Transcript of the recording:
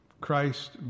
Christ